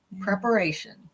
preparation